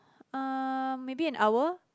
uh maybe an hour